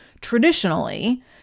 traditionally